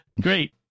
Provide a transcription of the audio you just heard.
great